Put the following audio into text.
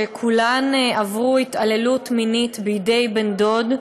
שכולן עברו התעללות מינית בידי בן-דוד,